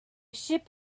ship